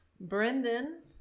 Brendan